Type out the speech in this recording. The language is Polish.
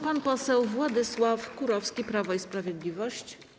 Pan poseł Władysław Kurowski, Prawo i Sprawiedliwość.